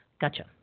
Gotcha